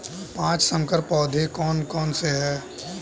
पाँच संकर पौधे कौन से हैं?